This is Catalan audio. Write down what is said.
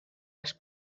els